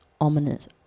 ominous